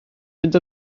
mynd